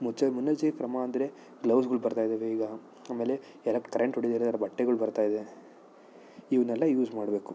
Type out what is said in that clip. ಮುಚ್ಚೆ ಮುನ್ನೆಚ್ಚರಿಕೆ ಕ್ರಮ ಅಂದರೆ ಗ್ಲೌಸ್ಗಳು ಬರ್ತಾ ಇದ್ದಾವೆ ಈಗ ಆಮೇಲೆ ಎಲೆಕ್ ಕರೆಂಟ್ ಹೊಡಿದೇ ಇರೋ ಬಟ್ಟೆಗಳು ಬರ್ತಾ ಇದೆ ಇವನ್ನೆಲ್ಲ ಯೂಸ್ ಮಾಡಬೇಕು